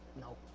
no